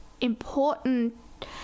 important